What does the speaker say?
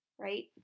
right